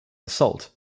assault